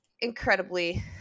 incredibly